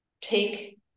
take